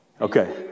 Okay